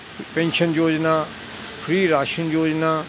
pension ਯੋਜਨਾ free ਰਾਸ਼ਨ ਯੋਜਨਾ